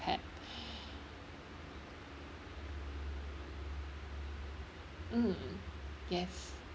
had mm yes